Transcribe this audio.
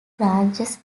branches